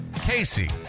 casey